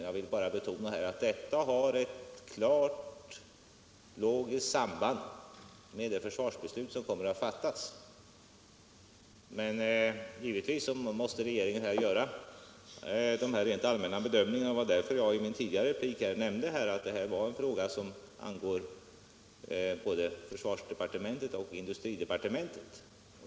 Jag vill bara betona att detta har ett klart logiskt samband med det försvarsbeslut som kommer att fattas. Givetvis måste regeringen göra dessa rent allmänna bedömningar, och det var därför jag i mitt tidigare anförande nämnde att detta är en fråga som angår både försvarsdepartementet och industridepartementet.